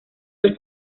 del